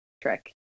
trick